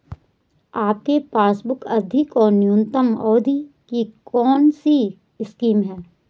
आपके पासबुक अधिक और न्यूनतम अवधि की कौनसी स्कीम है?